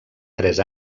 tres